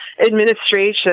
administration